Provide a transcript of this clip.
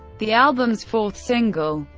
the album's fourth single,